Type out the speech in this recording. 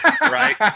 right